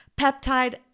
peptide